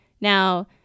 Now